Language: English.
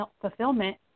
fulfillment